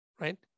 right